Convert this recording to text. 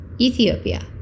Ethiopia